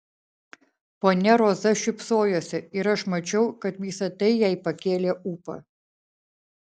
ponia roza šypsojosi ir aš mačiau kad visa tai jai pakėlė ūpą